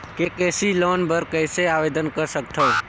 KCC loan बर कइसे आवेदन कर सकथव?